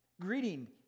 Greeting